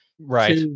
Right